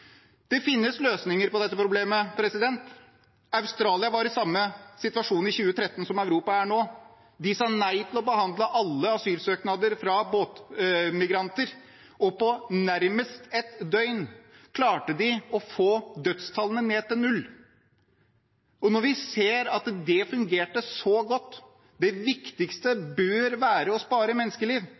Det finnes løsninger på dette problemet. Australia var i samme situasjon i 2013 som Europa er i nå. De sa nei til å behandle alle asylsøknader fra båtmigranter, og på nærmest ett døgn klarte de å få dødstallene ned til null. Og når vi ser at det fungerte så godt – og det viktigste bør være å spare menneskeliv